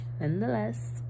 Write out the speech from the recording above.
nonetheless